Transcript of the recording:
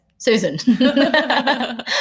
Susan